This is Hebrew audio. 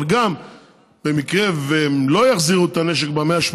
אבל במקרה שהם לא יחזירו את הנשק ב-180